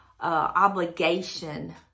obligation